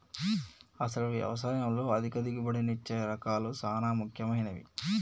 అసలు యవసాయంలో అధిక దిగుబడినిచ్చే రకాలు సాన ముఖ్యమైనవి